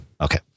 Okay